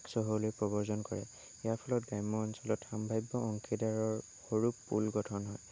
চহৰলৈ প্ৰব্ৰজন কৰে ইয়াৰ ফলত গ্ৰাম্য অঞ্চলত সাম্ভাব্য অংশীদাৰৰ সৰু পুল গঠন হয়